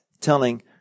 telling